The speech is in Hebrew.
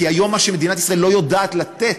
כי היום מה שמדינת ישראל לא יודעת לתת,